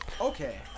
Okay